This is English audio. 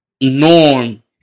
norm